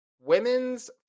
Women's